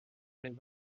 les